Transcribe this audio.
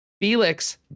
Felix